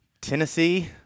Tennessee